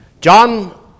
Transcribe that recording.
John